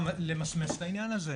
למסמס את העניין הזה.